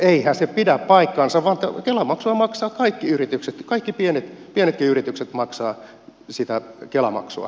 eihän se pidä paikkaansa vaan kela maksua maksavat kaikki yritykset kaikki pienetkin yritykset maksavat sitä kela maksua